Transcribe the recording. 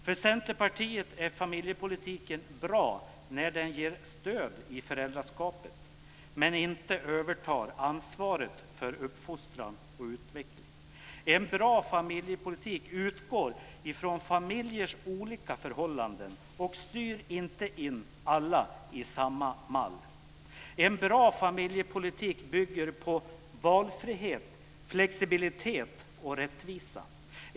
För Centerpartiet är familjepolitiken bra när den ger stöd i föräldraskapet, men inte övertar ansvaret för uppfostran och utveckling. En bra familjepolitik utgår från familjers olika förhållanden och styr inte in alla i samma mall. En bra familjepolitik bygger på valfrihet, flexibilitet och rättvisa.